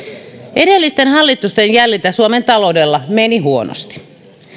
edellisten hallitusten jäljiltä suomen taloudella meni huonosti